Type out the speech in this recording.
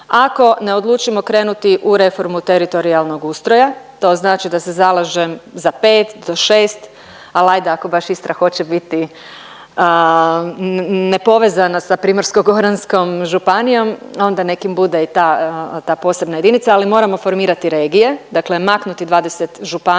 ako ne odlučimo krenuti u reformu teritorijalnog ustroja, to znači da se zalažem za pet do šest, al ajde ako baš Istra hoće biti nepovezana sa Primorsko-goranskom županijom onda nek im bude i ta posebna jedinica, ali moramo formirati regije, dakle maknuti 20 županija,